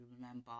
remember